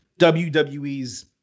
WWE's